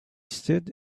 stood